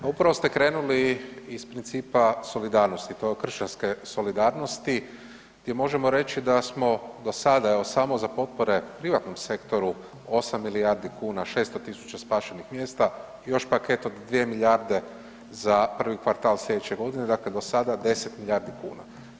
Pa upravo ste krenuli iz principa solidarnosti, kao kršćanske solidarnosti gdje možemo reći da smo do sada evo samo za potpore privatnom sektoru 8 milijardi kuna, 600.000 spašenih mjesta i još paket od dvije milijarde za prvi kvartal sljedeće godine, dakle do sada 10 milijardi kuna.